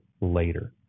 later